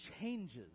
changes